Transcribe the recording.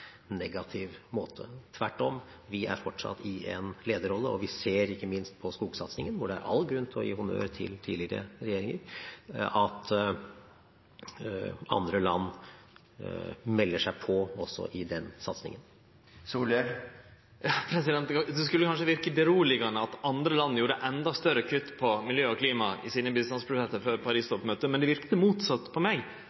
negativ måte. Tvert om, vi er fortsatt i en lederrolle, og vi ser ikke minst på skogsatsingen, hvor det er all grunn til å gi honnør til tidligere regjeringer, at andre land melder seg på også i den satsingen. Det skulle kanskje verke roande at andre land gjer enda større kutt på miljø og klima i sine bistandsbudsjett før Paris-toppmøtet, men det verkar motsett på meg,